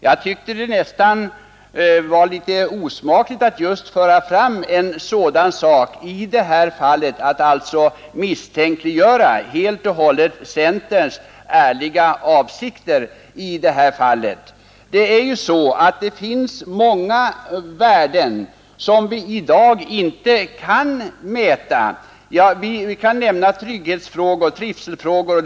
Jag tyckte att det nästan var litet osmakligt att just föra fram en sådan sak som att helt och hållet misstänkliggöra centerns ärliga avsikter i detta fall. Det finns värden, som är svåra att mäta. Vi kan nämna trygghetsoch trivselfrågorna.